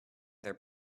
their